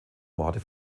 morde